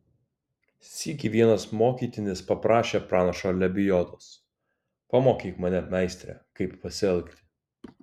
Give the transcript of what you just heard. sykį vienas mokytinis paprašė pranašo lebiodos pamokyk mane meistre kaip pasielgti